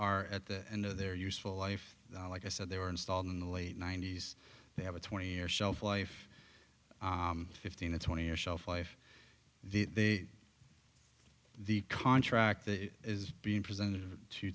are at the end of their useful life like i said they were installed in the late ninety's they have a twenty year shelf life fifteen or twenty or shelf life the way the contract is being presented to